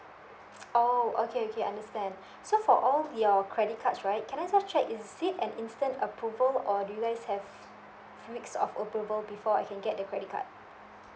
oh okay okay understand so for all your credit cards right can I just check is it an instant approval or do you guys have few weeks of approval before I can get the credit card